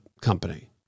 company